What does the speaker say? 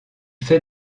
fait